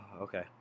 okay